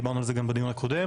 דיברנו על זה גם בדיון הקודם.